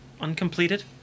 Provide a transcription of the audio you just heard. uncompleted